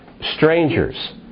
strangers